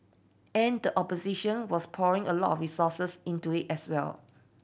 and opposition was pouring a lot resources into as well